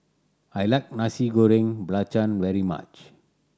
I like Nasi Goreng Belacan very much